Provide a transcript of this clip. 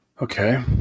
Okay